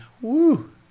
Woo